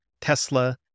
Tesla